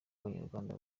banyarwanda